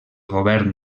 govern